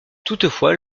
toutefois